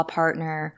partner